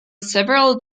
several